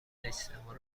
اجتماع